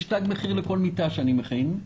יש תג מחיר לכל מיטה שאני מכין,